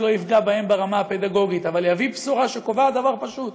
שלא יפגע בהם ברמה הפדגוגית אבל יביא בשורה שקובעת דבר פשוט: